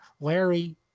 Larry